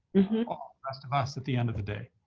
ah rest of us at the end of the day?